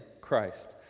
Christ